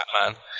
Batman